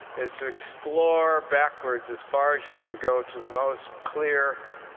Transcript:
is to explore backwards as far as you can go to the most clear,